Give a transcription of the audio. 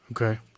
Okay